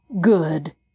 Good